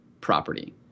property